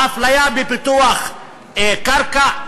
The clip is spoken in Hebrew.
האפליה בפיתוח קרקע,